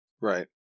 right